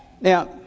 Now